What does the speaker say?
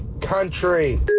country